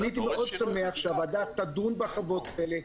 אני הייתי מאוד שמח שהוועדה תדון בחוות האלה,